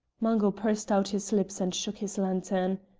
mungo pursed out his lips and shook his lantern.